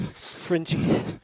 fringy